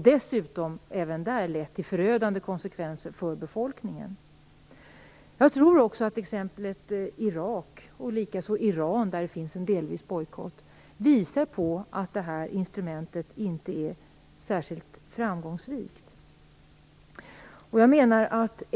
Dessutom har det även där fått förödande konsekvenser för befolkningen. Jag tror att exemplen Irak och Iran visar på att det instrumentet inte är särskilt framgångsrikt.